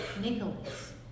Nicholas